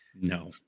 no